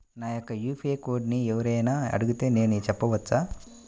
నా యొక్క యూ.పీ.ఐ కోడ్ని ఎవరు అయినా అడిగితే నేను చెప్పవచ్చా?